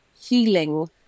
healing